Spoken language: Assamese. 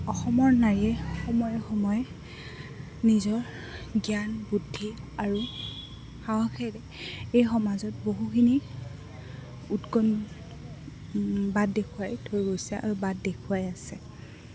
অসমৰ নাৰীয়ে সময়ে সময়ে নিজৰ জ্ঞান বুদ্ধি আৰু সাহসেৰে এই সমাজত বহুখিনি উৎকৰ্ণ বাট দেখুৱাই থৈ গৈছে আৰু বাট দেখুৱাই আছে